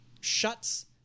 shuts